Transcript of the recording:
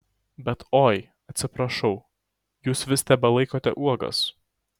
bet oi atsiprašau jūs vis tebelaikote uogas